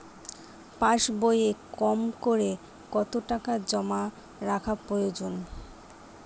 পাশবইয়ে কমকরে কত টাকা জমা রাখা প্রয়োজন?